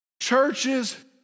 churches